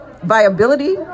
viability